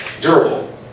durable